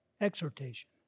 exhortation